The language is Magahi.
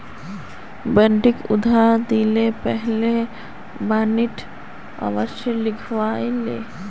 बंटिक उधार दि ल पहले बॉन्ड अवश्य लिखवइ ले